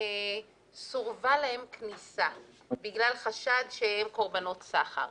סורבה להן כניסה בגלל חשד שהן קורבנות סחר?